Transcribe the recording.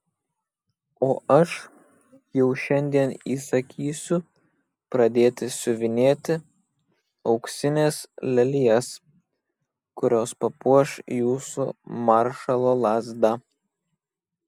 o aš jau šiandien įsakysiu pradėti siuvinėti auksines lelijas kurios papuoš jūsų maršalo lazdą